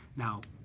now,